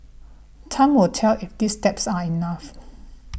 time will tell if these steps are enough